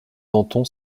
danton